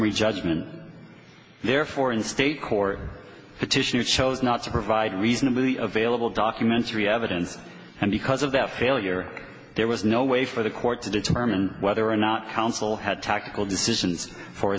judgment therefore in state court petitioner chose not to provide reasonably available documentary evidence and because of that failure there was no way for the court to determine whether or not counsel had tactical decisions for